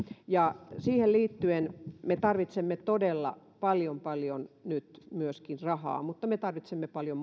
siihen liittyen me tarvitsemme todella paljon paljon nyt myöskin rahaa mutta me tarvitsemme paljon